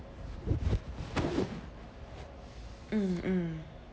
mm mm